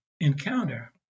encounter